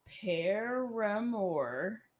Paramore